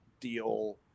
deal